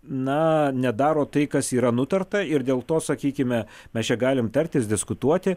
na nedaro tai kas yra nutarta ir dėl to sakykime mes čia galim tartis diskutuoti